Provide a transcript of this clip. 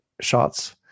shots